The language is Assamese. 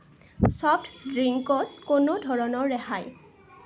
ছফট ড্ৰিংকত কোনো ধৰণৰ ৰেহাই